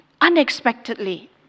unexpectedly